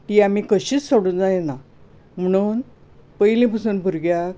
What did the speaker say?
ती आमी कशींच सोडूं जायना म्हुणून पयली पसून भुरग्याक